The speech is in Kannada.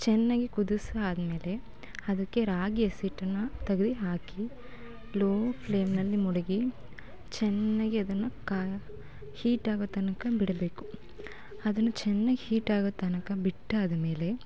ಚೆನ್ನಾಗಿ ಕುದಿಸಾದ್ಮೇಲೆ ಅದುಕ್ಕೆ ರಾಗಿ ಹಸಿಹಿಟ್ಟನ್ನ ತಗ್ದು ಹಾಕಿ ಲೋ ಫ್ಲೇಮ್ನಲ್ಲಿ ಮಡಗಿ ಚೆನ್ನಾಗಿ ಅದನ್ನು ಕಾ ಹೀಟ್ ಆಗೋ ತನಕನ್ಕ ಬಿಡಬೇಕು ಅದನ್ನು ಚೆನ್ನಾಗ್ ಹೀಟ್ ಆಗೋ ತನಕ ಬಿಟ್ಟಾದಮೇಲೆ